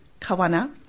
Kawana